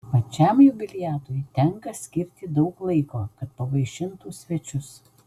pačiam jubiliatui tenka skirti daug laiko kad pavaišintų svečius